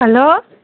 hello